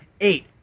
eight